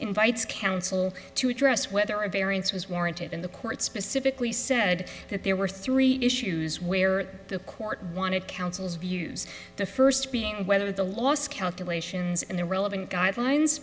invites counsel to address whether a variance was warranted in the court specifically said that there were three issues where the court wanted counsel's views the first being whether the loss calculations and the relevant guidelines